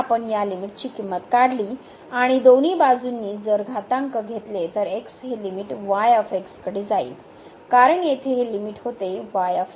तर एकदा आपण या लिमिटची किंमत काढली आणि दोन्ही बाजूनी जर घातांक घेतले तर x हे लिमिट y कडे जाईल कारण येथे हे लिमिट होते y